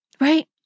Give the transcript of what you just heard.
right